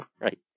Right